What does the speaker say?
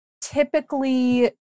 typically